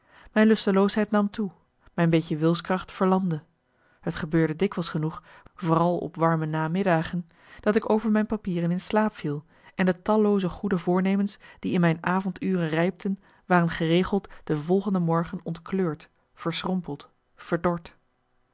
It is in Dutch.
mijn lusteloosheid nam toe mijn beetje wilskracht verlamde het gebeurde dikwijls genoeg vooral op warme namiddagen dat ik over mijn papieren in slaap viel en de tallooze goede voornemens die in mijn avonduren rijpten waren geregeld de volgende morgen ontkleurd verschrompeld verdord